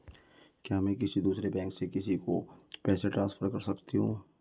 क्या मैं किसी दूसरे बैंक से किसी को पैसे ट्रांसफर कर सकती हूँ?